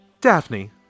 Daphne